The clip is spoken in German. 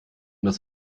das